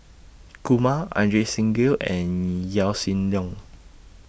Kumar Ajit Singh Gill and Yaw Shin Leong